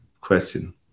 question